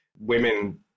women